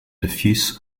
diffuse